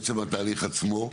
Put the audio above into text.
עצם התהליך עצמו,